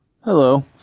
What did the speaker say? Hello